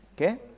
Okay